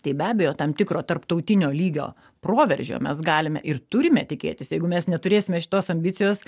tai be abejo tam tikro tarptautinio lygio proveržio mes galime ir turime tikėtis jeigu mes neturėsime šitos ambicijos